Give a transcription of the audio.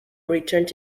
returned